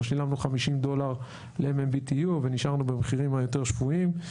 לפחות לא שילמנו 50 דולר ל-MMBTU ונשארנו במחירים היותר שפויים.